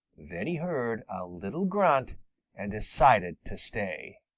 then he heard a little grunt and decided to stay.